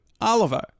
Oliver